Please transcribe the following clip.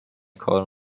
کار